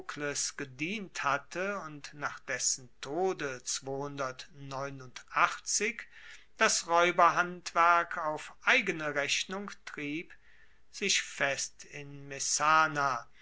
gedient hatte und nach dessen tode das raeuberhandwerk auf eigene rechnung trieb sich fest in messana